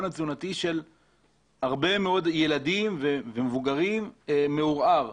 התזונתי של הרבה מאוד ילדים ומבוגרים מעורר.